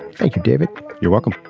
thank you david you're welcome